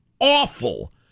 awful